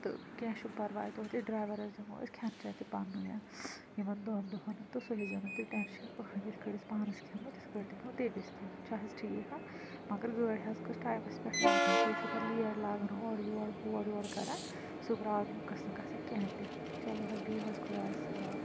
تہٕ کیٚنٛہہ چھُنہٕ پرواے تُہنٛدِس ڈرٛایوَرَس دِمو أسۍ کھیٚن چیٚن تہِ پَننُے یمن دۄن دۄہن تہٕ سُہ ہیزیٛو نہٕ تُہۍ ٹیٚنشن کٕہٲنۍ یِتھ کٲٹھۍ أسۍ پانَس کھیٚمو تِتھ کٲٹھۍ دِمو تٔمس تہِ چھُ حظ ٹھیٖک مگر گٲڑۍ حظ گٔژھ ٹایمَس پٮ۪ٹھ واتٕنۍ تُہۍ چھو پَتہٕ لیٹ لاگان اورٕ یورٕ ہورٕ یورٕ کران سۄ پرٛابلم گٔژھ نہٕ گَژھٕنۍ کِہیٖنۍ تہِ چلو حظ بیٖہو حظ خۄدایس حوالہٕ